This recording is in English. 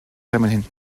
feminine